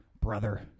brother